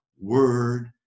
word